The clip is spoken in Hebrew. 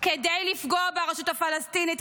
כדי לפגוע ברשות הפלסטינית,